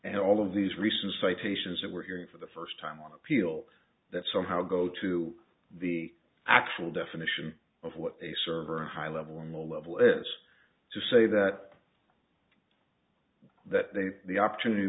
and all of these recent citations that we're hearing for the first time on appeal that somehow go to the actual definition of what a server high level on the level is to say that that they the opportunity